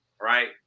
right